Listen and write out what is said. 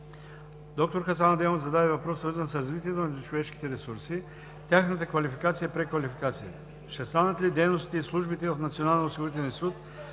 Доктор Хасан Адемов зададе въпрос, свързан с развитието на човешките ресурси, тяхната квалификация и преквалификация: ще станат ли дейностите и службите в Националния осигурителен